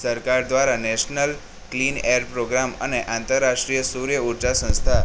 સરકાર દ્વારા national clean air programme અને આંતર રાષ્ટ્રીય સૂર્ય ઉર્જા સંસ્થા